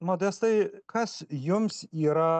modestai kas jums yra